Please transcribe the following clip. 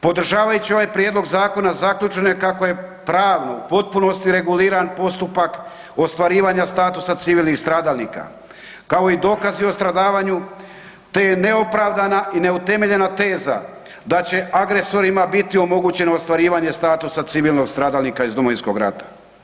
Podržavajući ovaj prijedlog zakona, zaključeno je kako pravno u potpunosti reguliran postupak ostvarivanja statusa civilnih stradalnika kao i dokaz o stradavanju te neopravdana i neutemeljena teza da će agresorima biti omogućeno ostvarivanje statusa civilnog stradalnika iz Domovinskog rata.